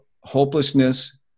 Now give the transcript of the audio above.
hopelessness